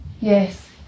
yes